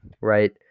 right